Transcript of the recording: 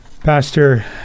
Pastor